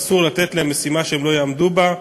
ואסור לתת להם משימה שהם לא יעמדו בה,